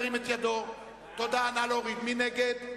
מי נגד?